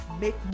make